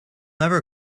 never